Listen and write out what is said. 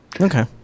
Okay